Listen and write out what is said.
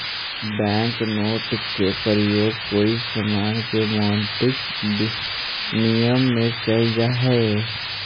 bank note के प्रयोग कोई समान के मौद्रिक विनिमय में कैल जा हई